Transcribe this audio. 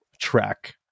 track